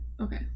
Okay